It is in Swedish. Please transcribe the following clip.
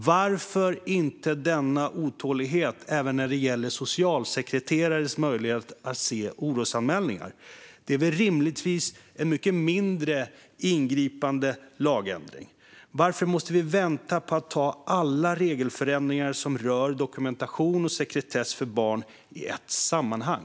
Varför inte denna otålighet när det gäller socialsekreterares möjligheter att se orosanmälningar, något som rimligtvis är en mycket mindre ingripande lagändring? Varför måste vi vänta på att ta alla regelförändringar som rör dokumentation och sekretess för barn i ett sammanhang?